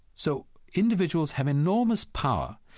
so individuals have enormous power.